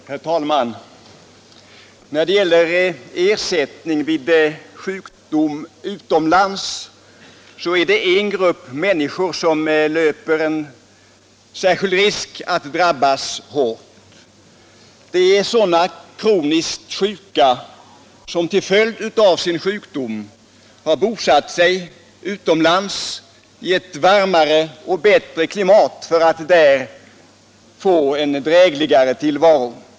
Herr talman! När det gäller ersättning vid sjukdom utomlands är det en grupp människor som löper en särskild risk att drabbas hårt. Det är sådana kroniskt sjuka som till följd av sin sjukdom har bosatt sig utomlands i ett varmare och bättre klimat för att där få en drägligare tillvaro.